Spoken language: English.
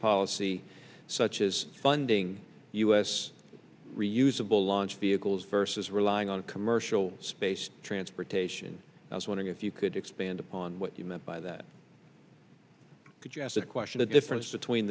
policy such as funding us reusable launch vehicles versus relying on commercial space transportation i was wondering if you could expand upon what you meant by that because you asked a question the difference between